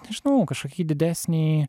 nežinau kažkokį didesnį